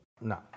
no